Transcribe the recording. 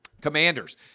Commanders